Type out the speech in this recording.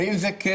לא